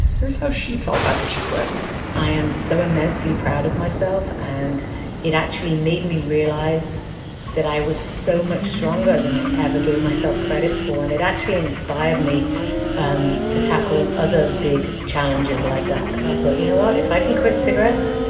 here's how she felt after she quit i am so immensely proud of myself. and it actually made me realize that i was so much stronger than i ever gave myself credit for. and it actually inspired me and to tackle other big challenges like that, because i thought, you know what? if i can quit cigarettes,